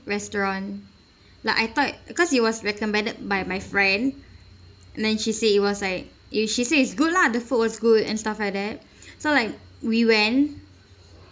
restaurant like I thought because it was recommended by my friend and then she said it was like and she said is good lah the food was good and stuff like that so like we went